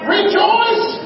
Rejoice